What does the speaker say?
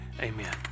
amen